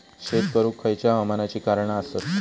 शेत करुक खयच्या हवामानाची कारणा आसत?